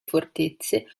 fortezze